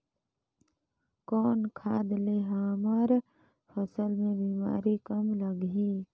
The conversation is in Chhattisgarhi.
कौन खाद ले हमर फसल मे बीमारी कम लगही?